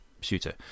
shooter